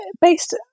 based